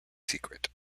secret